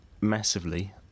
massively